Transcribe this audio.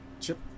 Chip